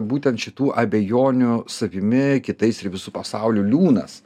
būtent šitų abejonių savimi kitais ir visu pasauliu liūnas